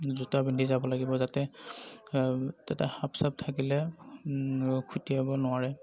জোতা পিন্ধি যাব লাগিব যাতে তাতে সাপ চাপ থাকিলে খুটিয়াব নোৱাৰে